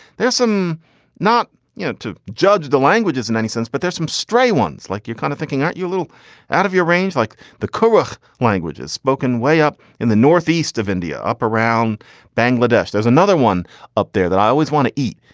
there's some not you know to judge the languages in any sense, but there's some stray ones like you're kind of thinking, aren't you a little out of your range, like the koth languages spoken way up in the northeast of india, up around bangladesh. there's another one up there that i always want to eat.